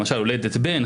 למשל הולדת בן,